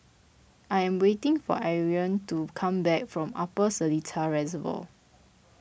I am waiting for Irven to come back from Upper Seletar Reservoir